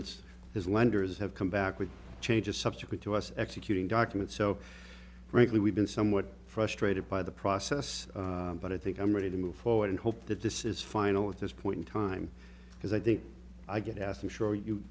it's his lenders have come back with changes subsequent to us executing documents so frankly we've been somewhat frustrated by the process but i think i'm ready to move forward and hope that this is final at this point in time because i think i get asked i'm sure you